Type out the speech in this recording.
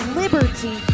liberty